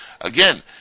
again